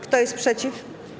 Kto jest przeciw?